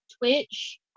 Twitch